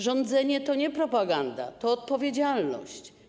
Rządzenie to nie propaganda, to odpowiedzialność.